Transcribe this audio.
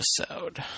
episode